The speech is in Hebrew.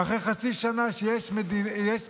אחרי חצי שנה שיש ממשלה,